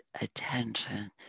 attention